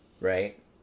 right